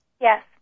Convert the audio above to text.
Yes